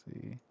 See